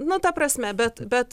nu ta prasme bet bet